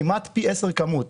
כמעט פי 10 כמות,